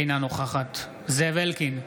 אינה נוכחת זאב אלקין,